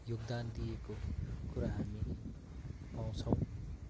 योगदान दिएको कुरा हामी पाउँछौँ